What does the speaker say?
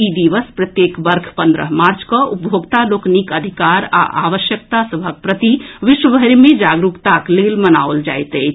ई दिवस प्रत्येक वर्ष पन्द्रह मार्च कऽ उपभोक्ता लोकनिक अधिकार आ आवश्यकता सभक प्रति विश्व भरि मे जागरूकताक लेल मनाओल जाइत अछि